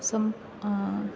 सम्